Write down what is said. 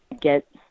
Get